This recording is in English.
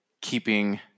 keeping